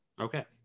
okay